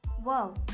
Wow